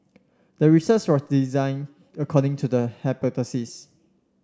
the research was designed according to the hypothesis